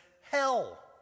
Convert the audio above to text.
hell